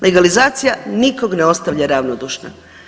Legalizacija nikog ne ostavlja ravnodušna.